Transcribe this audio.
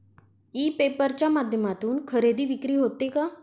E paper च्या माध्यमातून खरेदी विक्री होते का?